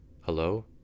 Hello